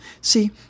See